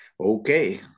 okay